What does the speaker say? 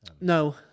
No